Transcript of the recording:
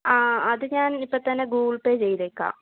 ആ അത് ഞാൻ ഇപ്പം തന്നെ ഗൂഗിൾ പേ ചെയ്തേക്കാം